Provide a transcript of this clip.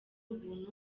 ubuntu